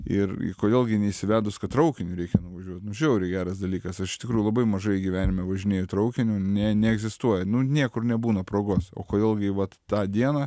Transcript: ir kodėl gi neįsivedus kad traukiniu reikia nuvažiuot nu žiauriai geras dalykas aš iš tikrųjų labai mažai gyvenime važinėju traukiniu nė neegzistuoja nu niekur nebūna progos o kodėl gi vat tą dieną